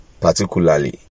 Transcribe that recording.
particularly